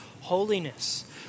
holiness